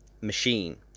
machine